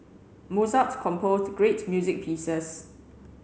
Mozart composed great music pieces